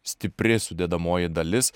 stipri sudedamoji dalis